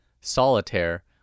solitaire